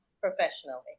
professionally